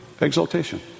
exaltation